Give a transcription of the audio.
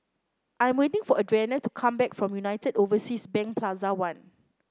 I'm waiting for Adrianna to come back from United Overseas Bank Plaza One